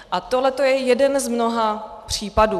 A tohleto je jeden z mnoha případů.